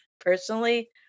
personally